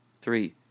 Three